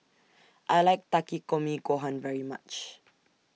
I like Takikomi Gohan very much